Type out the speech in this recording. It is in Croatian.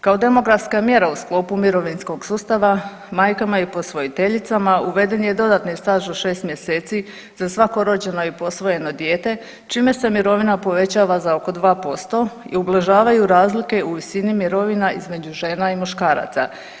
Kao demografska mjera u sklopu mirovinskog sustava majkama i posvojiteljicama uveden je dodatni staž od 6 mjeseci za svako rođeno i posvojeno dijete, čime se mirovina povećava za oko 2% i ublažavaju razlike u visini mirovina između žena i muškaraca.